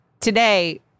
today